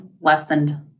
lessened